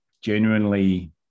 genuinely